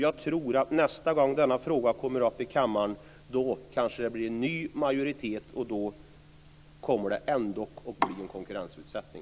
Jag tror att det nästa gång denna fråga kommer upp i kammaren kanske finns en ny majoritet, och då kommer det ändå att bli en konkurrensutsättning.